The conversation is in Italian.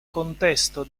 contesto